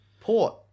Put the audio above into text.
Port